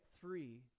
three